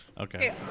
Okay